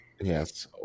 Yes